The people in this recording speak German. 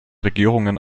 regierungen